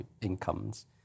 incomes